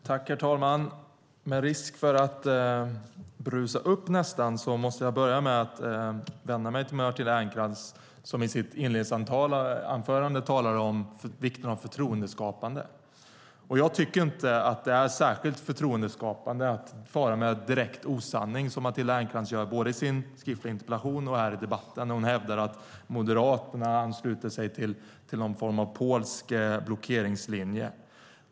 Herr talman! Med risk för att nästan brusa upp måste jag börja med att vända mig till Matilda Ernkrans som i sitt inledningsanförande talade om vikten av förtroendeskapande. Jag tycker inte att det är särskilt förtroendeskapande att fara med direkt osanning som Matilda Ernkrans gör både i sin skriftliga interpellation och här i debatten när hon hävdar att Moderaterna ansluter sig till någon form av polsk blockeringslinje.